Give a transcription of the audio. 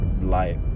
light